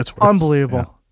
Unbelievable